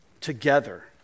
together